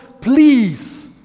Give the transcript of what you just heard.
please